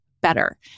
better